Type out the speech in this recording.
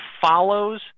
follows